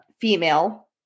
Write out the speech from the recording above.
female